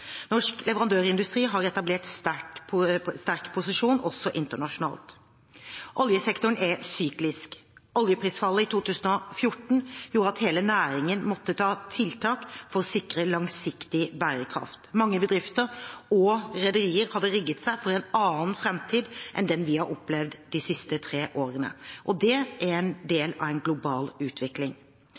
Norsk leverandørindustri har etablert en sterk posisjon også internasjonalt. Oljesektoren er syklisk. Oljeprisfallet i 2014 gjorde at hele næringen måtte gjøre tiltak for å sikre langsiktig bærekraft. Mange bedrifter og rederier hadde rigget seg for en annen framtid enn den vi har opplevd de siste tre årene. Det er del av en global utvikling.